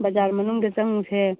ꯕꯖꯥꯔ ꯃꯅꯨꯡꯗ ꯆꯪꯁꯦ